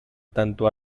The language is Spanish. tanto